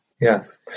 Yes